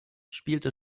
spielte